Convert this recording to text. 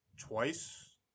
twice